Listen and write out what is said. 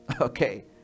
Okay